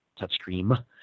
touchscreen